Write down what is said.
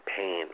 pain